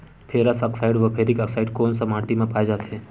Ferrous oxide व ferric oxide कोन सा माटी म पाय जाथे?